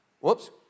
whoops